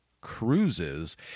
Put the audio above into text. cruises